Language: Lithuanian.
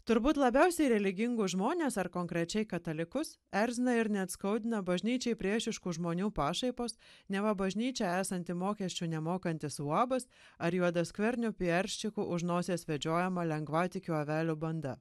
turbūt labiausiai religingus žmones ar konkrečiai katalikus erzina ir net skaudina bažnyčiai priešiškų žmonių pašaipos neva bažnyčia esanti mokesčių nemokantis uabas ar juodaskvernių pijarščikų už nosies vedžiojama lengvatikių avelių banda